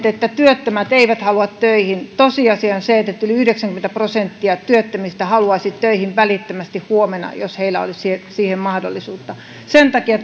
että työttömät eivät halua töihin niin tosiasia on se että yli yhdeksänkymmentä prosenttia työttömistä haluaisi töihin välittömästi huomenna jos heillä olisi siihen mahdollisuutta sen takia